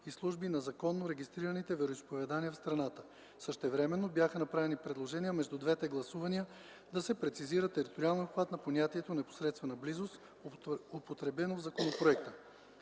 и служби на законно регистрираните вероизповедания в страната. Същевременно бяха направени предложения между двете гласувания да се прецизира териториалният обхват на понятието „непосредствена близост”, употребено в законопроекта.